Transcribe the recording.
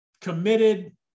committed